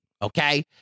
Okay